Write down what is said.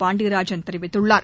பாண்டியராஜன் தெரிவித்துள்ளார்